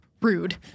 Rude